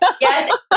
yes